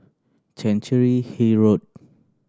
Chancery Hill Road